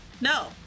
no